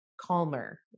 calmer